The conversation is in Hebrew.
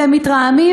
אתם מתרעמים,